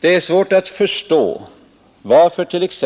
Det är svårt att förstå varför t.ex.